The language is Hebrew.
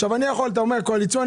עכשיו, אתה אומר קואליציוני?